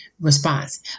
response